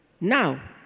Now